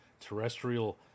terrestrial